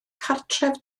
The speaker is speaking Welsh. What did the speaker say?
cartref